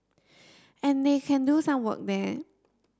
and they can do some work there